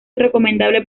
recomendable